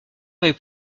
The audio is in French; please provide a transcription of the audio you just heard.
avait